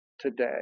Today